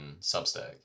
Substack